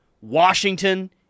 Washington